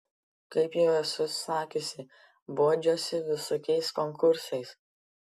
kaip jau esu sakiusi bodžiuosi visokiais konkursais